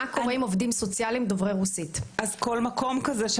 מה קורה עם עובדים סוציאליים דוברי רוסית?